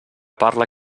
parla